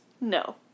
No